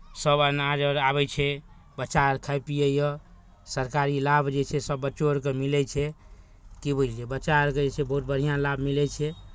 सभ अनाज आर आबै छै बच्चा आर खाइ पियैए सरकारी लाभ जे छै सभ बच्चो आरकेँ मिलै छै की बुझलियै बच्चा आरकेँ एहिसँ बहुत बढ़िआँ लाभ मिलै छै